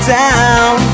down